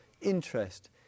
interest